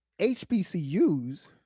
HBCUs